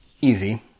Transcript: easy